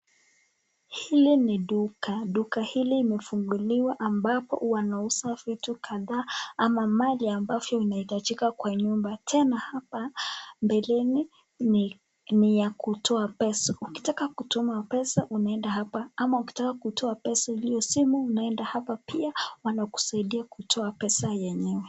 Hii ni duka. Duka hili limefunguliwa ambapo wanauza vitu kadhaa ama mali ambavyo inahitajika kwa nyumba. Tena hapa mbeleni ni ya kutoa pesa. Ukitaka kutuma pesa unaenda hapa, ama ukitaka kutoa pesa iliyo simu unaenda hapa pia wanakusaidia kutoa pesa yenyewe.